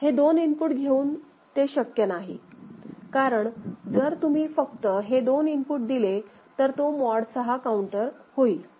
हे दोन इनपुट घेऊन ते शक्य नाही कारण जर तुम्ही जर फक्त हे दोन इनपुट दिले तर तो मॉड 6 काउंटर होईल